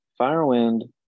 firewind